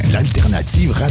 L'Alternative